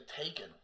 taken